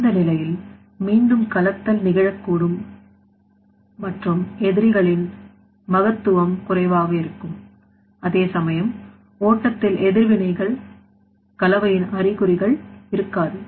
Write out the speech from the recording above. அந்த நிலையில் மீண்டும் கலத்தல் நிகழக்கூடும் மற்றும் எதிரிகளின் மகத்துவம் குறைவாக இருக்கும் அதேசமயம் ஓட்டத்தில் எதிர்வினைகள் கலவையின்அறிகுறிகள் இருக்காது